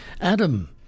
Adam